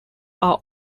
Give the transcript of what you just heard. are